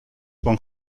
von